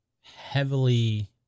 heavily